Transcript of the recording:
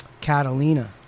Catalina